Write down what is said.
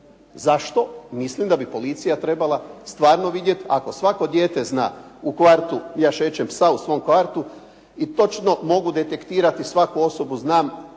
Zašto? Mislim da bi policija trebala stvarno vidjeti, ako svako dijete zna u kvartu. Ja šećem psa u svom kvartu i točno mogu detektirati svaku osobu znam i znam